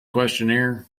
questionnaire